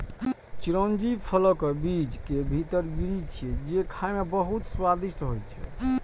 चिरौंजी फलक बीज के भीतर गिरी छियै, जे खाइ मे बहुत स्वादिष्ट होइ छै